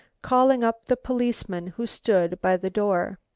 calling up the policeman who stood by the door.